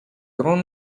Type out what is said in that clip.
grand